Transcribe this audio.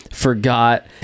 forgot